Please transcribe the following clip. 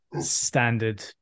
standard